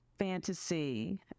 fantasy